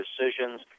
decisions